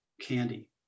candy